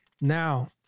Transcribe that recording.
Now